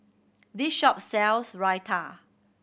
this shop sells Raita